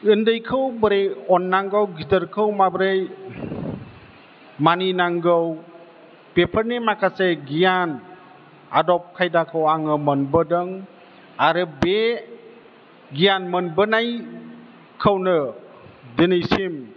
उन्दैखौ बोरै अननांगौ गिदिरखौ माबोरै मानिनांगौ बेफोरनि माखासे गियान आदब खायदाखौ आङो मोनबोदों आरो बे गियान मोनबोनायखौनो दिनैसिम